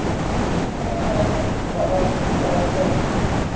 ᱱᱚᱜᱼᱚᱭ ᱡᱮᱢᱚᱱ ᱵᱟᱦᱟ ᱯᱚᱨᱚᱵᱽ ᱫᱚ